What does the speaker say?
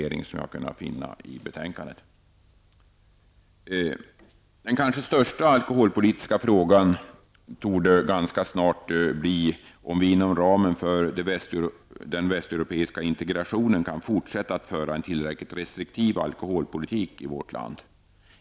I varje fall har inte jag kunnat finna någon i betänkandet. Den kanske största alkoholpolitiska frågan torde ganska snart bli om vi inom ramen för den västeuropeiska integrationen kan fortsätta att föra en tillräckligt restriktiv alkoholpolitik i vårt land.